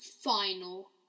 final